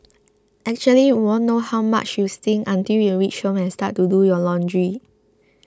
actually you won't know how much you stink until you reach home and start to do your laundry